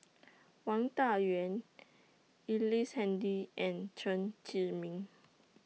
Wang Dayuan Ellice Handy and Chen Zhiming